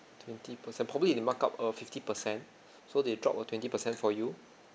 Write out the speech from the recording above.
twenty percent probably if they mark up uh fifty percent so they drop a twenty percent for you